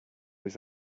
was